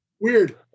Weird